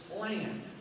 land